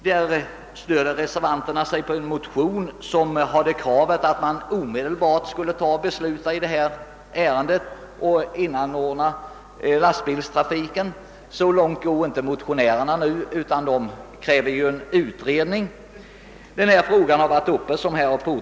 Där stöder reservanterna sig på en motion, vari krävs att man omedelbart skulle besluta i detta ärende och inordna »även lastbilstrafikbranschen». Så långt går inte reservanterna, utan de kräver en utredning. Såsom nämnts har denna fråga varit uppe tidigare.